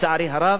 לצערי הרב,